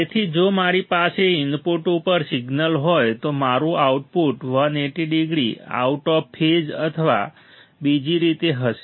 તેથી જો મારી પાસે ઇનપુટ ઉપર સિગ્નલ હોય તો મારું output 180 degree out of phase અથવા બીજી રીતે હશે